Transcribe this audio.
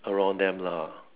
around them lah